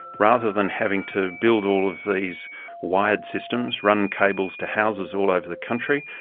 rather than having to build all of these wired systems, running cables to houses all over the country,